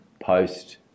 post